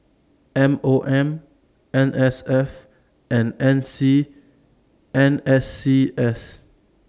M O M N S F and N C N S C S